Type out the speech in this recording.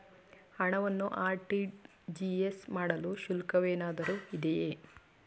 ಹಣವನ್ನು ಆರ್.ಟಿ.ಜಿ.ಎಸ್ ಮಾಡಲು ಶುಲ್ಕವೇನಾದರೂ ಇದೆಯೇ?